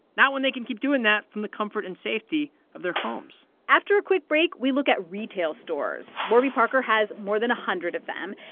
not when they can keep doing that from the comfort and safety of their homes after a quick break, we look at retail stores. warby parker has more than a hundred of them.